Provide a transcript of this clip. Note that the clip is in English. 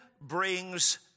brings